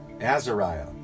Azariah